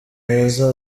heza